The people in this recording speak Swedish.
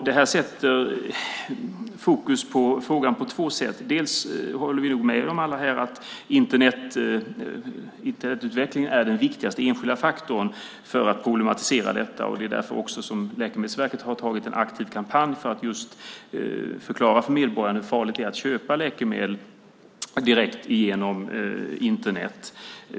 Det sätter fokus på frågan på två sätt. Vi håller nog alla med om att Internetutvecklingen är den viktigaste enskilda faktorn för att problematisera detta. Det är också därför Läkemedelsverket har inlett en aktiv kampanj för att förklara för medborgarna hur farligt det är att köpa läkemedel direkt genom Internet.